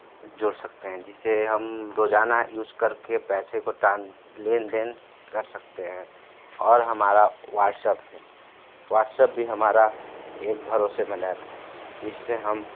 जोड़ सकते हैं जिसे हम रोजाना यूज करके पैसे को लेन देन कर सकते हैं और हमारा व्हाट्सअप्प है व्हाट्सप्प भी हमारा एक भरोसेमंद ऐप है जिससे हम